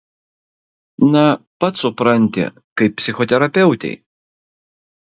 na pats supranti kaip psichoterapeutei